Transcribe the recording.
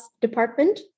department